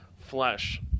flesh